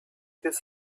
this